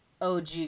OG